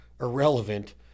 irrelevant